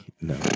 no